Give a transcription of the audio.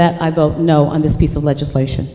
that i vote no on this piece of legislation